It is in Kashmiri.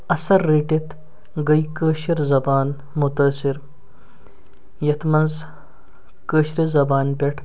اَثر رٔٹِتھ گٔے کٲشِر زبان مُتٲثِر یَتھ منٛز کٲشِرِ زبانہِ پٮ۪ٹھ